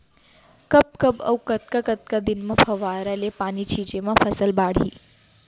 कब कब अऊ कतका कतका दिन म फव्वारा ले पानी छिंचे म फसल बाड़ही?